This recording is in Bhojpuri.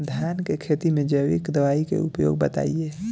धान के खेती में जैविक दवाई के उपयोग बताइए?